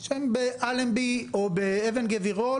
שהן באלנבי או באבן גבירול,